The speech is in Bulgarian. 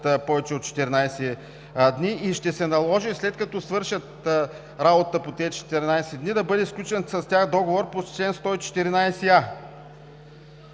повече от 14 дни и ще се наложи, след като свършат работа по тези 14 дни, да бъде сключен с тях договор по чл. 114а.